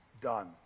done